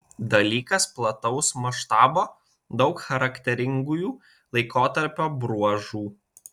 dalykas plataus maštabo daug charakteringųjų laikotarpio bruožų